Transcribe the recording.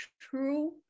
true